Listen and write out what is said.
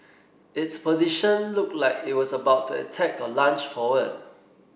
its position looked like it was about to attack or lunge forward